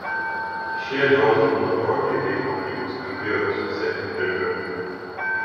šie džonatano žodžiai leitmotyvu skambėjo visuose interviu